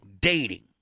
dating